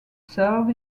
served